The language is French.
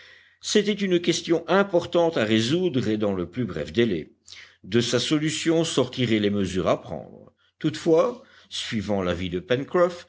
c'était une question importante à résoudre et dans le plus bref délai de sa solution sortiraient les mesures à prendre toutefois suivant l'avis de